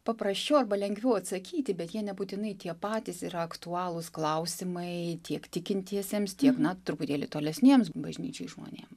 paprasčiau arba lengviau atsakyti bet jie nebūtinai tie patys yra aktualūs klausimai tiek tikintiesiems tiek na truputėlį tolesniems bažnyčiai žmonėm